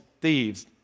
thieves